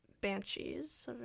banshees